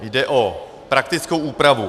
Jde o praktickou úpravu.